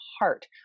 heart